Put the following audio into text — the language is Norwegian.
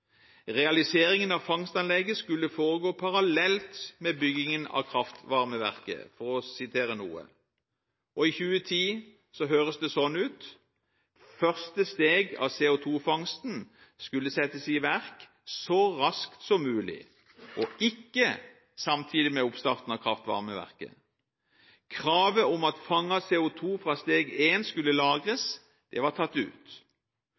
Realiseringen av fangstanlegget skal foregå parallelt med byggingen av kraftvarmeverket.» I 2010 hørtes det slik ut: «– Første steg av CO2-fangsten skulle settes i verk så raskt som mulig og ikke samtidig med oppstarten av kraftvarmeverket. – Kravet om at fanget CO2 fra Steg 1 skulle lagres, ble tatt ut.